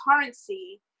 currency